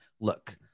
Look